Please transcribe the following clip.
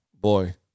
boy